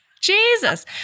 Jesus